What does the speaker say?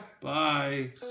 Bye